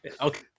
Okay